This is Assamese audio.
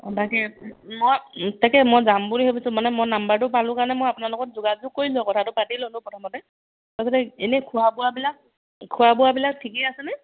অঁ বাকী মই তাকে মই যাম বুলি ভাবিছো মানে মই নম্বৰটো পালো কাৰণে মই আপোনাৰ লগত যোগাযোগ কৰিলো কথাটো পাতি ল'লো প্ৰথমতে তাৰছতে এনেই খোৱা বোৱাবিলাক খোৱা বোৱাবিলাক ঠিকেই আছেনে